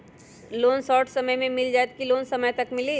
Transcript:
Loan short समय मे मिल जाएत कि लोन समय तक मिली?